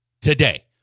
Today